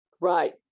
Right